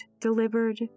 delivered